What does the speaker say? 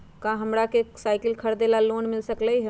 का हमरा के साईकिल खरीदे ला लोन मिल सकलई ह?